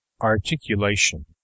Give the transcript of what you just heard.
ARTICULATION